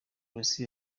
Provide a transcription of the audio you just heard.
polisi